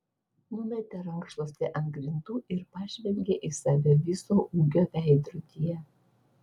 numetė rankšluostį ant grindų ir pažvelgė į save viso ūgio veidrodyje